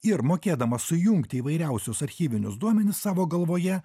ir mokėdama sujungti įvairiausius archyvinius duomenis savo galvoje